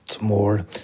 more